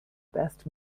best